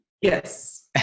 Yes